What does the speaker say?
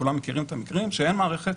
כולם מכירים את המקרים שאין מערכת